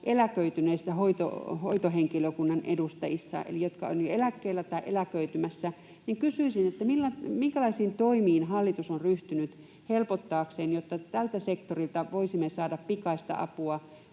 hyväkuntoisissa hoitohenkilökunnan edustajissa, jotka ovat jo eläkkeellä tai eläköitymässä. Siksi kysyisin: minkälaisiin toimiin hallitus on ryhtynyt helpottaakseen sitä, että tältä sektorilta voisimme saada pikaista apua